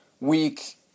week